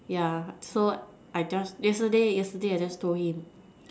yeah so I just yesterday yesterday I just told him